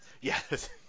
Yes